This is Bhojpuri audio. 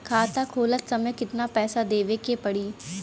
खाता खोलत समय कितना पैसा देवे के पड़ी?